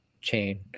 chain